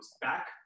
back